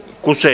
kun se